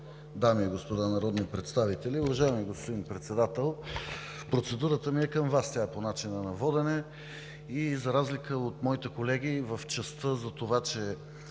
дами и господа народни представители! Уважаеми господин Председател, процедурата ми е към Вас – по начина на водене. За разлика от моите колеги в частта за това, че